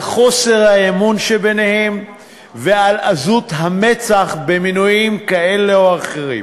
על חוסר האמון ביניהם ועל עזות המצח במינויים כאלה או אחרים.